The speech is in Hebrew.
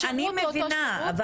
בסדר, אני מבינה.